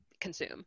consume